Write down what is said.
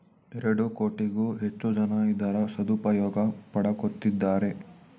ಎರಡು ಕೋಟಿಗೂ ಹೆಚ್ಚು ಜನ ಇದರ ಸದುಪಯೋಗ ಪಡಕೊತ್ತಿದ್ದಾರೆ